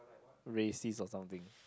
racist or something